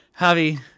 javi